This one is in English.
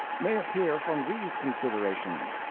may appear from these considerations.